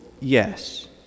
yes